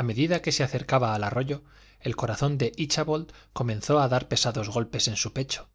a medida que se acercaba al arroyo el corazón de íchabod comenzó a dar pesados golpes en su pecho